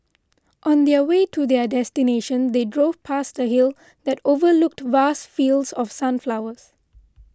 on the way to their destination they drove past a hill that overlooked vast fields of sunflowers